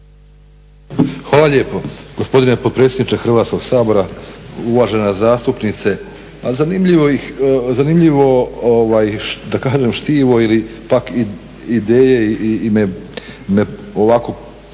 Hvala lijepo gospodine potpredsjedniče Hrvatskog sabora. Uvažena zastupnice, a zanimljivo štivo ili pak ideje, u glavi